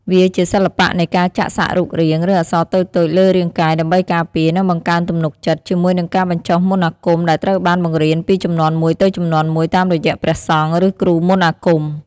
វាជាសិល្បៈនៃការចាក់សាក់រូបរាង ឬអក្សរតូចៗលើរាងកាយ ដើម្បីការពារ និងបង្កើនទំនុកចិត្ត ជាមួយនឹងការបញ្ចុះមន្តអាគមដែលត្រូវបានបង្រៀនពីជំនាន់មួយទៅជំនាន់មួយតាមរយៈព្រះសង្ឃ ឬគ្រូមន្តអាគម។